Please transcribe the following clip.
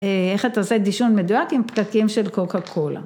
איך אתה עושה דישון מדויק עם פקקים של קוקה קולה.